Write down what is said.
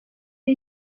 ari